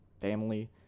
family